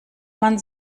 man